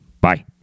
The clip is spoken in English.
Bye